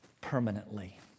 permanently